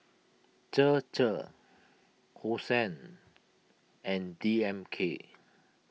Chir Chir Hosen and D M K